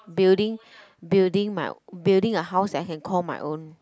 building building my building a house that I can call my own